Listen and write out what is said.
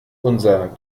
unser